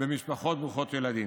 במשפחות ברוכות ילדים.